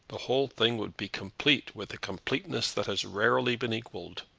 the whole thing would be complete with a completeness that has rarely been equalled.